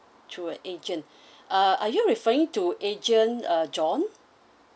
through an agent uh are you referring to agent uh john